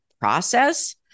process